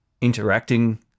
interacting